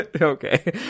Okay